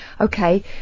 Okay